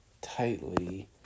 tightly